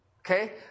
Okay